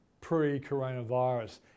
pre-coronavirus